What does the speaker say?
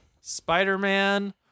Spider-Man